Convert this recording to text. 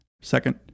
second